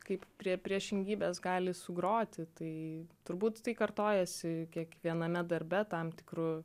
kaip prie priešingybės gali sugroti tai turbūt tai kartojasi kiekviename darbe tam tikru